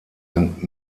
sind